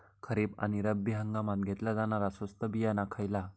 खरीप आणि रब्बी हंगामात घेतला जाणारा स्वस्त बियाणा खयला?